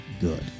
good